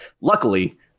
luckily